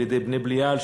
על-ידי בני-בליעל,